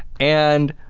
and